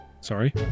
Sorry